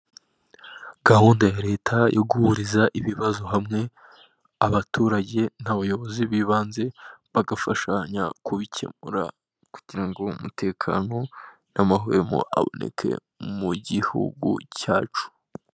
Gahunda ya leta yo guhuriza ibibazo hamwe abaturage n'abayobozi b'ibanze, bagafashanya kubikemura kugira ngo umutekano n'amahwemo, aboneke mu gihugu cyacu.